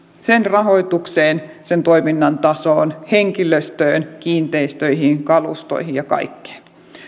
sen rahoitukseen sen toiminnan tasoon henkilöstöön kiinteistöihin kalustoihin ja kaikkeen